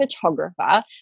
photographer